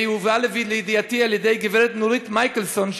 והיא הובאה לידיעתי על-ידי גברת נורית מייקלסון,